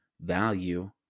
value